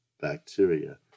bacteria